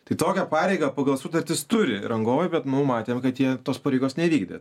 tai tokią pareigą pagal sutartis turi rangovai bet nu matėm kad jie tos pareigos nevykdė